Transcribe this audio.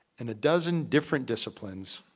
and a dozen different disciplines,